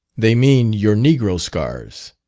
they mean your negro-scars